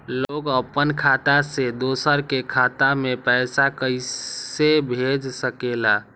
लोग अपन खाता से दोसर के खाता में पैसा कइसे भेज सकेला?